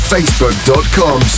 Facebook.com